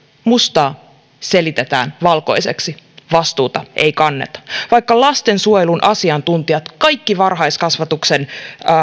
mustaa selitetään valkoiseksi vastuuta ei kanneta vaikka lastensuojelun asiantuntijat kaikki varhaiskasvatuksen